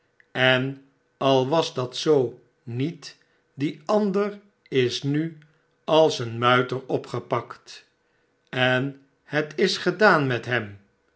en al was dat zoo niet die andere is nu als een muiter opgepakt en het is gedaan met hem